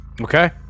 Okay